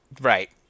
Right